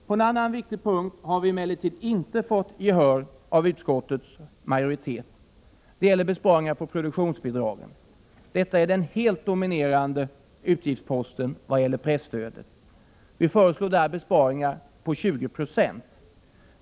På en annan viktig punkt har vi emellertid inte fått gehör hos utskottets majoritet. Det gäller besparingar på produktionsbidragen. Dessa är den helt dominerande utgiftsposten i vad gäller presstödet. Vi föreslår där besparingar på 20 Jo.